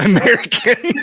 American